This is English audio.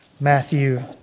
Matthew